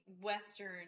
western